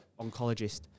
oncologist